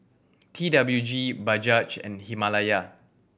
T W G Bajaj and Himalaya